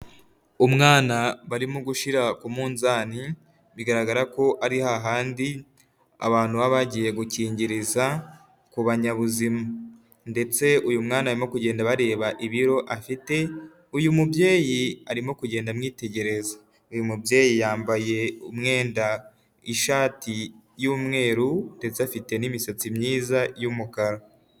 Umwana barimo gushira ku munzani bigaragara ko ari hahandi abantu baba bagiye gukingiriza kubanyabuzima ndetse uyu mwana arimo kugenda bareba ibiro afite, uyu mubyeyi arimo kugenda amwitegereza. Uyu mubyeyi yambaye umwenda ishati y'mweru ndetse afite n'imisatsi myiza y'umukara